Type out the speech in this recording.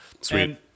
Sweet